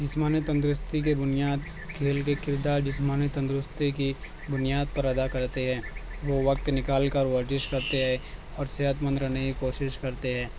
جسمانی تندرستی کے بنیاد کھیل کے کردار جسمانی تندرستی کی بنیاد پر ادا کرتے ہیں وہ وقت نکال کر ورزش کرتے ہے اور صحت مند رہنے کی کوشش کرتے ہے